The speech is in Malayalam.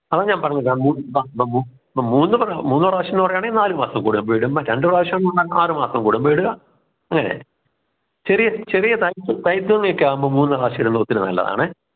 അതാ ഞാൻ പറഞ്ഞത് മൂന്നു പ്രാവശ്യം മൂന്നു പ്രാവശ്യം പറയാണെങ്കിൽ നാലു മാസം കൂടുമ്പോഴേക്കും രണ്ടു പ്രാവശ്യം ആറുമാസം കൂടുമ്പോൾ ഇടുക അങ്ങനെ ചെറിയ ചെറിയ തൈ ഒക്കെ ആവുമ്പോൾ മൂന്ന് പ്രാവശ്യം ഇടുന്നത് ഒത്തിരി നല്ലതാണ്